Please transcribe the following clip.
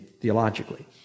theologically